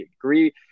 agree